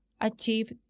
achieve